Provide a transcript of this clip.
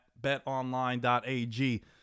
betonline.ag